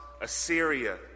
Assyria